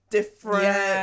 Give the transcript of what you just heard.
different